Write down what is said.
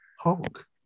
Hulk